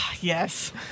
Yes